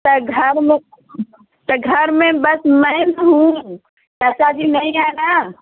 तो घर में तो घर में बस मैं ना हूँ चाचा जी नहीं है ना